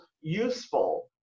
useful